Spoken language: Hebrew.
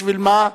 בשביל מה?